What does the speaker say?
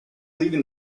leaving